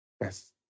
Yes